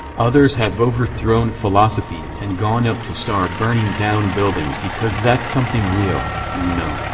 others have overthrown philosophy and gone up to start burning down buildings because that's something real, you know,